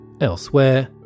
Elsewhere